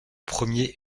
premier